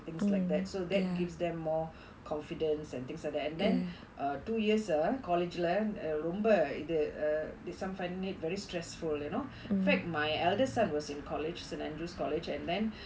things like that so that gives them more confidence and things like that and then err two years in college uh ரொம்ப இது:romba ithu uh they some find it very stressful you know in fact my eldest son was in college saint andrew's college and then